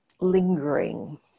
lingering